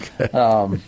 Okay